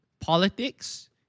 politics